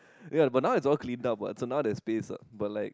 ya but now is all cleaned up but its no that space lah but like